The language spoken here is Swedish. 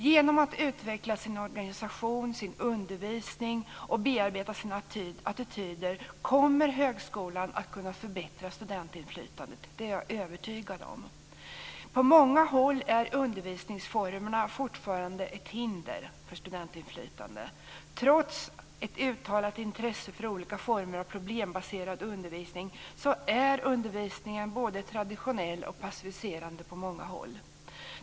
Genom att utveckla sin organisation och sin undervisning och bearbeta sina attityder kommer högskolan att kunna förbättra studentinflytandet. Det är jag övertygad om. På många håll är undervisningsformerna fortfarande ett hinder för studentinflytande. Trots ett uttalat intresse för olika former av problembaserad undervisning är undervisningen både traditionell och passiviserande på många håll.